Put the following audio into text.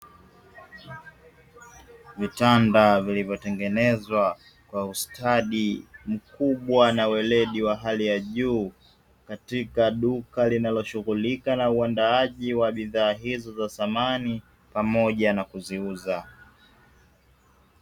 Vitanda vilivyo tengenezwa kwa ustadi mkubwa na weledi wa hali ya juu, katika duka linalo shughulika na uandaaji wa bidhaa hizo za samani pamoja na kuziuza.